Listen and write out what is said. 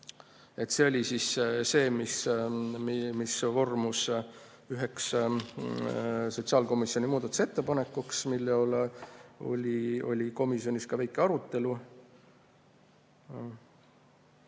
See oli see, mis vormus üheks sotsiaalkomisjoni muudatusettepanekuks ja mille üle oli komisjonis ka väike arutelu.